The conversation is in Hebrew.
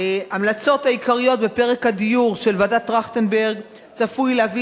ההמלצות העיקריות בפרק הדיור של ועדת-טרכטנברג צפויות להביא